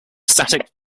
static